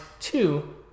two